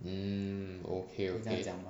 mm okay okay